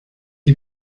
die